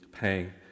paying